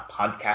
podcast